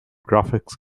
graphics